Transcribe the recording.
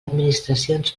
administracions